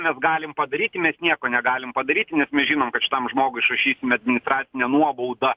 mes galim padaryti mes nieko negalim padaryt nes mes žinom kad šitam žmogui išrašysim administracinę nuobaudą